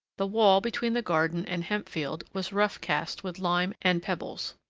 the wall between the garden and hemp-field was roughcast with lime and pebbles.